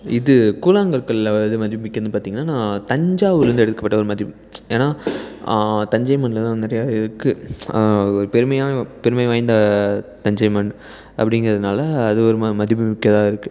இது கூழாங்கற்கள்ல எது மதிப்பு மிக்கதுன்னு பார்த்தீங்கனா நான் தஞ்சாவூர்லிருந்து எடுக்கப்பட்ட ஒரு மதி ஏன்னால் தஞ்சை மண்ணில்தான் வந்துட்டு இருக்குது பெருமையான பெருமை வாய்ந்த தஞ்சை மண் அப்படிங்குறதுனால அது ஒரு மதிப்பு மிக்கதாக இருக்குது